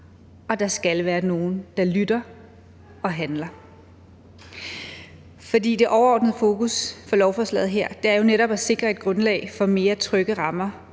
at der skal være nogle, der lytter og handler. Det overordnede fokus for lovforslaget her er jo netop at sikre et grundlag for mere trygge rammer